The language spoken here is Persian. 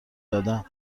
دادم